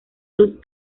luz